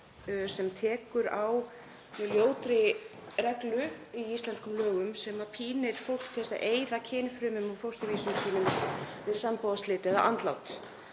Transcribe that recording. sem tekur á ljótri reglu í íslenskum lögum sem pínir fólk til að eyða kynfrumum og fósturvísum sínum við sambúðarslit eða andlát.